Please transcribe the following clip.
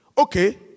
Okay